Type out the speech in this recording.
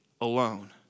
alone